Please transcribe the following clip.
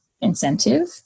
incentive